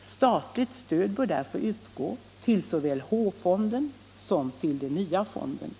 Statligt stöd bör utgå till såväl H-fonden som till den nya fonden.